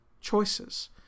choices